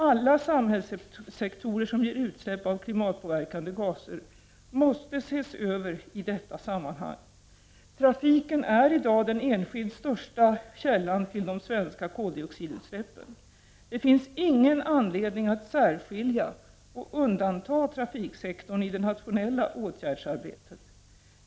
Alla samhällssektorer som ger utsläpp av klimatpåverkande gaser måste ses över i detta sammanhang. Trafiken är i dag den största enskilda källan till de svenska koldioxidutsläppen. Det finns ingen anledning att särskilja och undanta trafiksektorn i det nationella åtgärdsarbetet.